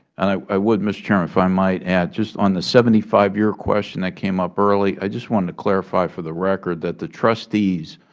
and i i would, mr. chairman, if i might, add just on the seventy five year question that came up earlier, i just want to clarify for the record that the trustees,